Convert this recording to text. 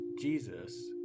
Jesus